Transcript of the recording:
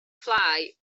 fly